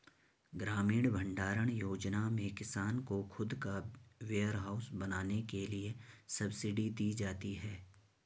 ग्रामीण भण्डारण योजना में किसान को खुद का वेयरहाउस बनाने के लिए सब्सिडी दी जाती है